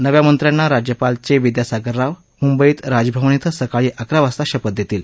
नव्या मंत्र्यांना राज्यपाल चे विद्यासागर राव मुंबईत राजभवन ब्रिं सकाळी अकरा वाजता शपथ देतील